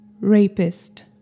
Rapist